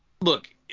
look